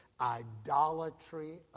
idolatry